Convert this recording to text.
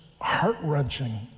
heart-wrenching